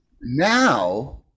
now